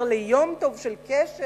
של מקדונלד'ס ל"יומטוב" של "קשת".